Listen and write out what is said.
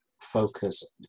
focus